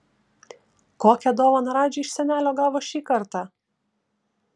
kokią dovaną radži iš senelio gavo šį kartą